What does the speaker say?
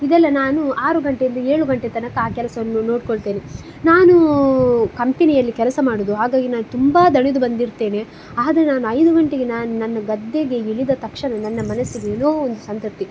ಇದೆಲ್ಲ ನಾನು ಆರು ಗಂಟೆಯಿಂದ ಏಳು ಗಂಟೆ ತನಕ ಆ ಕೆಲಸವನ್ನು ನೋಡ್ಕೊಳ್ತೇನೆ ನಾನು ಕಂಪೆನಿಯಲ್ಲಿ ಕೆಲಸ ಮಾಡುವುದು ಹಾಗಾಗಿ ನಾನು ತುಂಬ ದಣಿದು ಬಂದಿರ್ತೇನೆ ಆದರೆ ನಾನು ಐದು ಗಂಟೆಗೆ ನಾ ನನ್ನ ಗದ್ದೆಗೆ ಇಳಿದ ತಕ್ಷಣ ನನ್ನ ಮನಸ್ಸಿಗೆ ಏನೋ ಒಂದು ಸಂತೃಪ್ತಿ